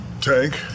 Tank